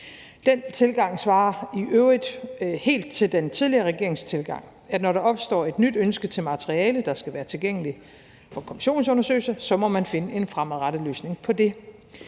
Den tilgang svarer i øvrigt helt til den tidligere regerings tilgang, nemlig at når der opstår et nyt ønske til materiale, der skal være tilgængeligt for kommissionsundersøgelser, så må man finde en fremadrettet løsning på det.